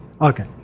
Okay